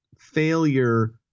failure